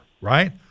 right